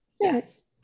Yes